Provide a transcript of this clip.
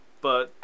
but-